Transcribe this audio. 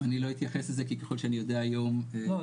אני לא אתייחס לזה כי ככל שאני יודע היום -- לא,